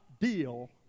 deal